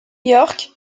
york